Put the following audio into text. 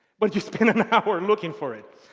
but you spend an hour looking for it.